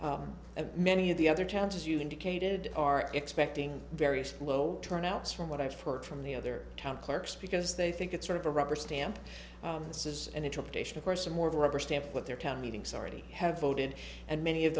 and many of the other towns as you indicated are expecting very slow turnouts from what i've heard from the other town clerks because they think it's sort of a rubber stamp this is an interpretation of course and more of a rubber stamp what their town meetings already have voted and many of